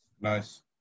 Nice